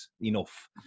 enough